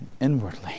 inwardly